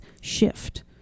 shift